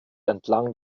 entlang